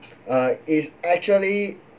uh is actually